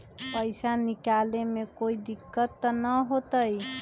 पैसा निकाले में कोई दिक्कत त न होतई?